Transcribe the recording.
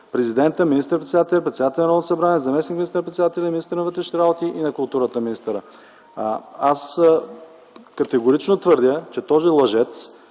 президента, министър-председателя, председателя на Народното събрание, заместник министър-председателя и министър на вътрешните работи и министъра на културата? Аз категорично твърдя, че този лъжец,